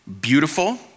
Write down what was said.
beautiful